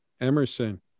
Emerson